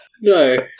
No